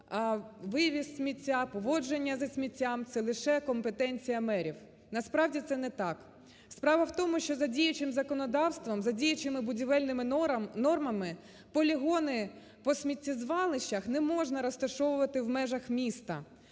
вивіз сміття, поводження зі сміттям – це лише компетенція мерів, насправді, це не так. Справа в тому, що за діючим законодавством, за діючими будівельними нормами полігони по сміттєзвалищах не можна розташовувати в межах міста.